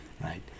right